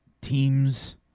teams